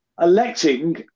electing